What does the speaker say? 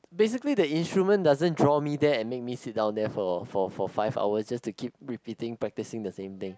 basically the instrument doesn't draw me there and make me sit down there for for for five hours just to keep repeating practising the same thing